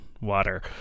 water